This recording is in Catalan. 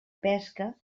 pesca